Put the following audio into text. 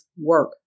work